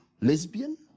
lesbian